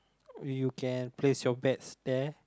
you can place your bets there